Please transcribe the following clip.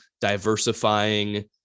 diversifying